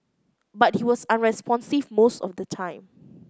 but he was unresponsive most of the time